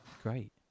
Great